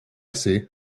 see